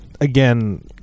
again